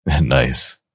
nice